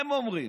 היא אומרת